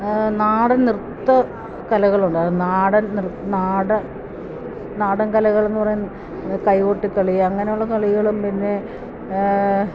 നാടൻ നൃത്തകലകളുണ്ട് നാടൻ കലകളെന്ന് പറയുന്നത് കൈകൊട്ടിക്കളി അങ്ങനെയുള്ള കളികളും പിന്നെ